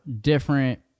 different